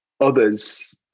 others